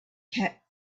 cap